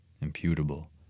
imputable